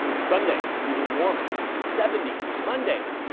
sunday even warmer seventy s monday.